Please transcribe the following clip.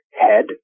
head